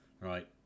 Right